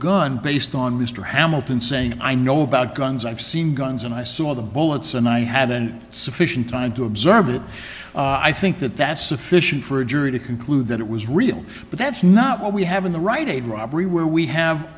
gun based on mr hamilton saying i know about guns i've seen guns and i saw the bullets and i hadn't sufficient time to observe it i think that that's sufficient for a jury to conclude that it was real but that's not what we have in the rite aid robbery where we have